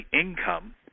income